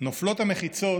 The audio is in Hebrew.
נופלות המחיצות,